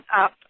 up